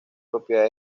propiedad